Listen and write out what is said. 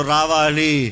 Ravali